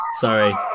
Sorry